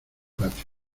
patio